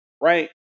right